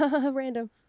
random